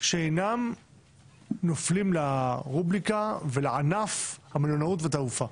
שאינם נופלים לרובריקה ולענף המלונאות והתעופה.